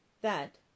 That